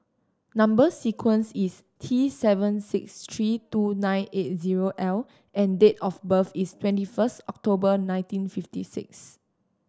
number sequence is T seven six three two nine eight zero L and date of birth is twenty first October nineteen fifty six